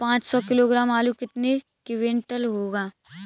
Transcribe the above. पाँच सौ किलोग्राम आलू कितने क्विंटल होगा?